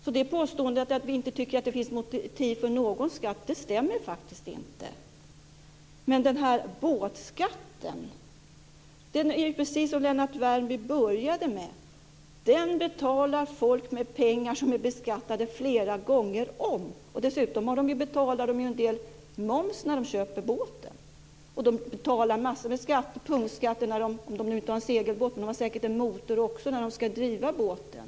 Så det påståendet, att vi inte tycker att det finns motiv för någon skatt, stämmer faktiskt inte. Men den här båtskatten betalar ju folk, precis som Lennart Värmby började med, med pengar som är beskattade flera gånger om. Dessutom betalar de en del moms när de köper båten. De betalar också massor med punktskatter - om de nu inte har en segelbåt, men de har säkert en motor också när de ska driva båten.